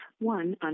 one